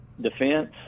defense